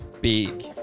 Big